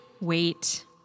wait